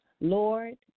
Lord